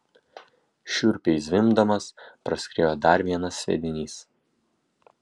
šiurpiai zvimbdamas praskriejo dar vienas sviedinys